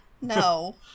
No